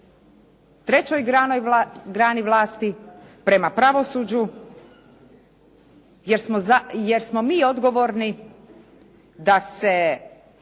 trećoj grani vlasti prema pravosuđu, jer smo mi odgovorni da se